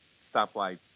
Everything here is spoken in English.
stoplights